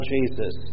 Jesus